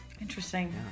Interesting